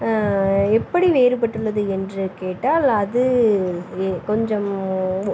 எப்படி வேறுபட்டுள்ளது என்று கேட்டால் அது கொஞ்சம்